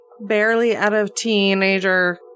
barely-out-of-teenager